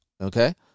Okay